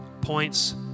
points